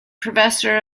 professor